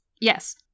Yes